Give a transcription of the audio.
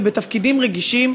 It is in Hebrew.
ובתפקידים רגישים,